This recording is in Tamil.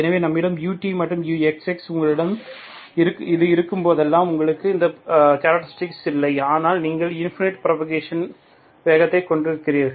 எனவே நம்மிடம் ut மற்றும் uxx உங்களிடம் இது இருக்கும்போதெல்லாம் உங்களுக்கு இங்கே கேரக்டரிஸ்டிக் இல்லை ஆனால் நீங்கள் இன்பினிட் புராபகேஷன் வேகத்தைக் கொண்டுள்ளீர்கள்